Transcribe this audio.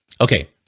Okay